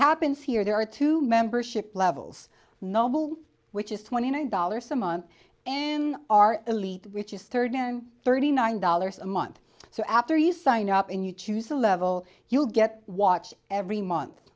happens here there are two membership levels normal which is twenty nine dollars a month in our elite which is third him thirty nine dollars a month so after you sign up and you choose a level you'll get watch every month